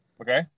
Okay